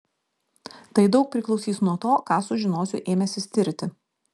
tai daug priklausys nuo to ką sužinosiu ėmęsis tirti